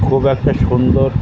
খুব একটা সুন্দর